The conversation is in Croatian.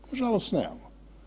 Nažalost nemamo.